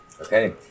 Okay